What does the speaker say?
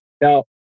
Now